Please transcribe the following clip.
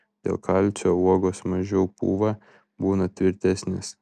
dėl kalcio uogos mažiau pūva būna tvirtesnės